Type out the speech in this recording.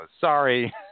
Sorry